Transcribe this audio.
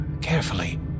carefully